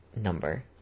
number